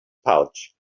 pouch